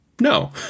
no